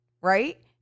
right